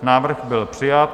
Návrh byl přijat.